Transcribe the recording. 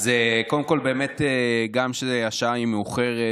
אז קודם כול, באמת, גם השעה מאוחרת